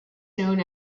known